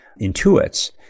intuits